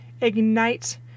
ignite